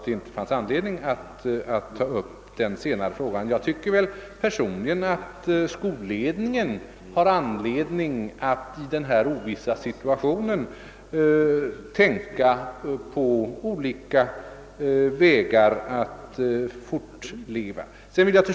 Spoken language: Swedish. Personligen tycker jag att skolledningen har anledning att i rådande ovissa situation tänka på olika utvägar för att skolan skall kunna fortleva.